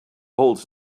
holes